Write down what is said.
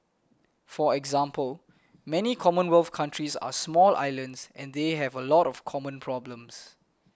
for example many commonwealth countries are small islands and they have a lot of common problems